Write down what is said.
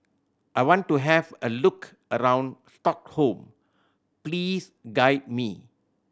I want to have a look around Stockholm please guide me